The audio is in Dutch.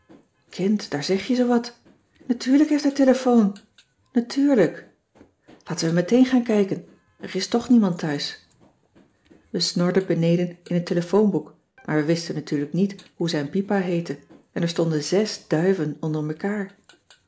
kind daar zeg je zoowat natuurlijk heeft hij telefoon natuurlijk laten we meteen gaan kijken er is toch niemand thuis we snorden beneden in het telefoonboek maar we wisten natuurlijk niet hoe zijn pipa heette en er stonden zes duyven onder mekaar